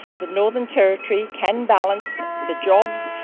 the northern territory can balance the jobs,